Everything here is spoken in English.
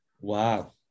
Wow